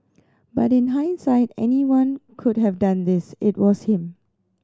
but in hindsight anyone could have done this it was him